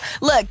Look